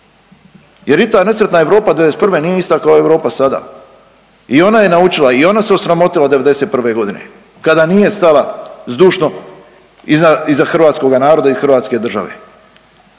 Jer i ta nesretna Europa '91. nije ista kao Europa sada i ona je naučila i ona se osramotila '91. g. kada nije stala zdušno iza hrvatskoga naroda i hrvatske države.